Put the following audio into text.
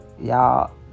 y'all